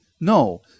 No